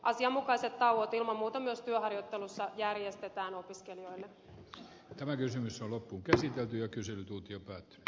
asianmukaiset tauot ilman muuta myös työharjoittelussa järjestetään opiskelijoille tämä kysymys on loppuun käsitelty ja kysyy tutkija j